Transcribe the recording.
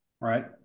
right